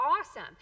awesome